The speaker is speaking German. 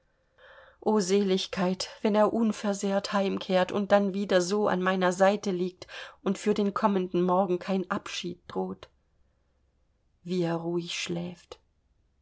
o seligkeit wenn er unversehrt heimkehrt und dann wieder so an meiner seite liegt und für den kommenden morgen kein abschied droht wie er ruhig schläft